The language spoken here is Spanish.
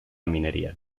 minería